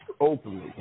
openly